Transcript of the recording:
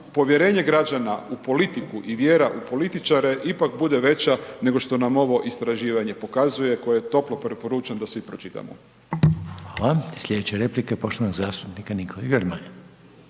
povjerenje građana u politiku i vjera u političare, ipak bude veća nego što nam ovo istraživanje pokazuje koje toplo preporučam da svi pročitamo. **Reiner, Željko (HDZ)** Hvala. Slijedeća replika je poštovanog zastupnika Nikole Grmoje.